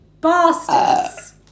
bastards